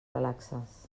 relaxes